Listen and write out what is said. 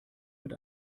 mit